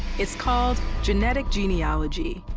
it's called genetic genealogy.